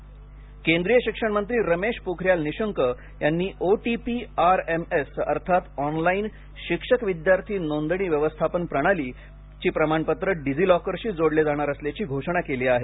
निशंक केंद्रीय शिक्षणमंत्री रमेश पोखरियाल निशंक यांनी O T P R M S अर्थात ऑनलाईन शिक्षक विद्यार्थी नोंदणी व्यवस्थापन प्रणाली प्रमाणपत्रे डिजीलॉकरशी जोडले जाणार असल्याची घोषणा केली आहे